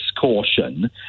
caution